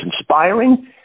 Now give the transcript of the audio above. inspiring